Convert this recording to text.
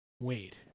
Wait